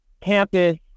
campus